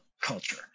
culture